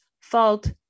fault